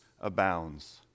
abounds